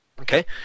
Okay